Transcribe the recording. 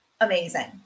Amazing